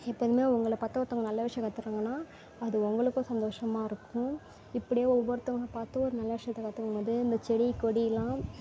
எப்போதும் உங்களை பார்த்து ஒருத்தங்க நல்ல விஷயம் கத்துக்கிறாங்கனா அது உங்களுக்கும் சந்தோஷமா இருக்கும் இப்படியே ஒவ்வொருத்தங்க பார்த்து ஒரு நல்ல விஷயத்த கற்றுக்கும் போது இந்த செடி கொடி எல்லாம்